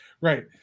Right